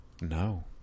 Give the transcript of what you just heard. No